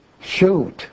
Shoot